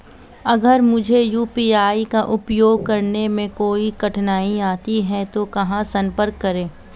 अगर मुझे यू.पी.आई का उपयोग करने में कोई कठिनाई आती है तो कहां संपर्क करें?